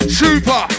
super